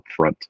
upfront